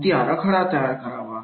कृती आराखडा तयार करावा